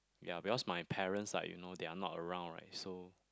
ya because my parents like you know they are not around right so